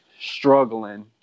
struggling